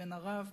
"בן ערב,